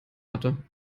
hatte